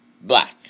black